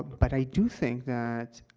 but i do think that,